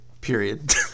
Period